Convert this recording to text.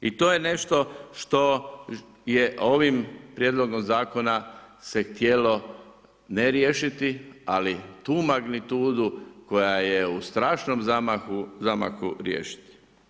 I to je nešto što je ovim prijedlogom zakona se htjelo ne riješiti, ali tu magnitudu koja je u strašnom zamahu riješiti.